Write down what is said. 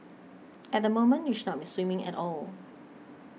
at the moment you should not be swimming at all